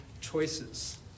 choices